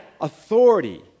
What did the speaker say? authority